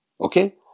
okay